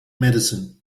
medicine